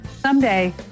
Someday